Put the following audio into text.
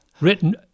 Written